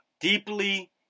deeply